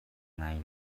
ngai